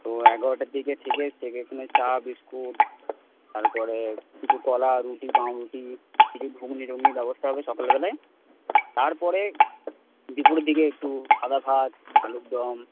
তো এগারোটার দিকে থেকে সেখানে চা বিস্কুট তারপরে কিছু কলা রুটি পাউরুটি কিছু ঘুগনি টুগনির ব্যবস্থা হবে সকালবেলায় তারপরে দুপুরের দিকে একটু সাদা ভাত আলুর দম